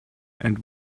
and